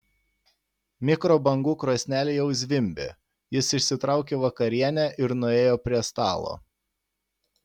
mikrobangų krosnelė jau zvimbė jis išsitraukė vakarienę ir nuėjo prie stalo